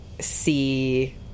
see